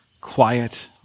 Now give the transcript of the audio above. quiet